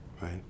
right